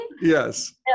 Yes